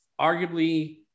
arguably